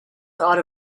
thought